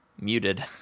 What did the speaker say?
muted